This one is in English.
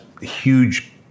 huge